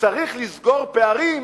שצריך לסגור פערים